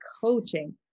coaching